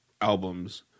albums